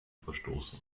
verstoßen